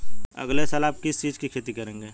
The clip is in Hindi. अगले साल आप किस चीज की खेती करेंगे?